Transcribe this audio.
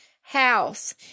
house